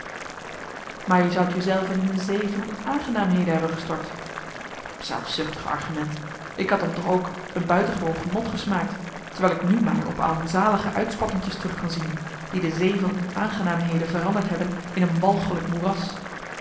maar je zoudt je zelven in een zee van onaangenaamheden hebben gestort zelfzuchtig argument ik had dan toch ook een buitengewoon genot gesmaakt terwijl ik nu maar op armzalige uitspattinkjes terug kan zien die de zee van onaangenaamheden veranderd hebben in een walgelijk moeras